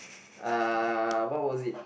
uh what was it